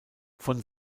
von